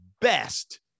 best